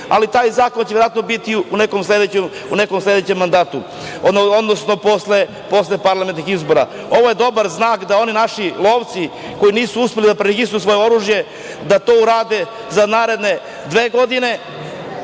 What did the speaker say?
ali taj zakon će verovatno biti u nekom sledećem mandatu, odnosno posle parlamentarnih izbora. Ovo je dobar znak da oni naši lovci koji nisu uspeli da preregistruju svoje oružje da to urade za naredne dve godine.